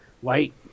white